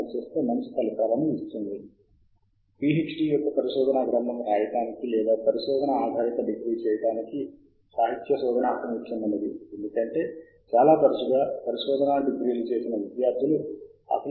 కాబట్టి web of science portal లో వివరాలు నమోదు చేసుకోవడం చాలా సులభం వెబ్ ఆఫ్ సైన్స్ పోర్టల్ తెరిచినప్పుడు మీరు కుడి వైపున పై భాగములో మెను ఉంది దాని పై పై క్లిక్ చేసినప్పుడు మూడు ట్యాబ్లు తెరవబడతాయి